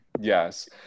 Yes